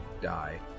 die